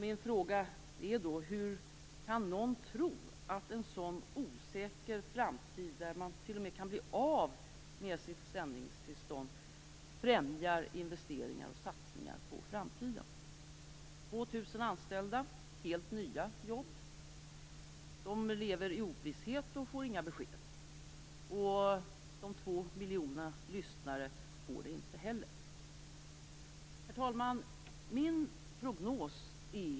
Min fråga är då: Hur kan någon tro att en sådan osäker framtid där man t.o.m. kan bli av med sitt sändningstillstånd främjar investeringar och satsningar på framtiden? 2 000 anställda - helt nya jobb - lever i ovisshet och får inga besked. De 2 miljonerna lyssnare får det inte heller. Herr talman!